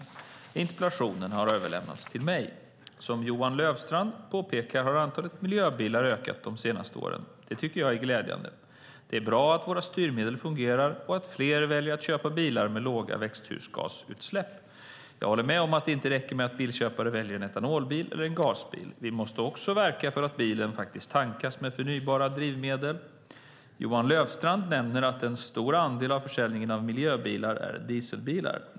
Interpellationen har överlämnats till mig. Som Johan Löfstrand påpekar har antalet miljöbilar ökat de senaste åren. Det tycker jag är glädjande. Det är bra att våra styrmedel fungerar och att fler väljer att köpa bilar med låga växthusgasutsläpp. Jag håller med om att det inte räcker med att bilköpare väljer en etanolbil eller en gasbil. Vi måste också verka för att bilen faktiskt tankas med förnybara drivmedel. Johan Löfstrand nämner att en stor andel av försäljningen av miljöbilar är dieselbilar.